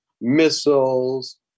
missiles